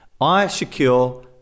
iSecure